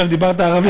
עד עכשיו דיברת ערבית.